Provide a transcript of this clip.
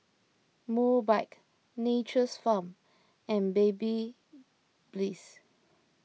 Mobike Nature's Farm and Babyliss